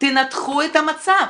תנתחו את המצב,